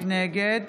נגד